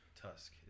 Tusk